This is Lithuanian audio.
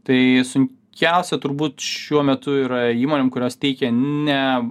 tai sunkiausia turbūt šiuo metu yra įmonių kurios teikia ne